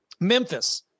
Memphis